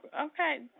Okay